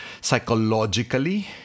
psychologically